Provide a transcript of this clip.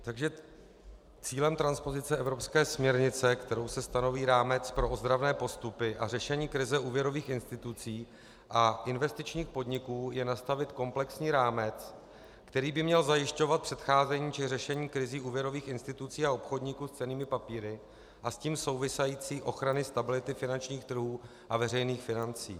Takže cílem transpozice evropské směrnice, kterou se stanoví rámec pro ozdravné postupy a řešení krize úvěrových institucí a investičních podniků, je nastavit komplexní rámec, který by měl zajišťovat předcházení či řešení krizí úvěrových institucí a obchodníků s cennými papíry a s tím související ochrany stability finančních trhů a veřejných financí.